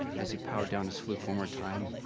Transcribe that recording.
as he powered down his fluke one more time.